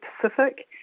Pacific